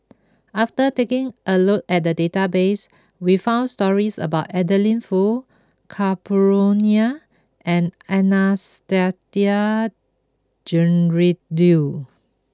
after taking a look at the database we found stories about Adeline Foo Ka Perumal and Anastasia Tjendri Liew